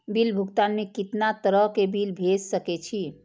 Bill भुगतान में कितना तरह के बिल भेज सके छी?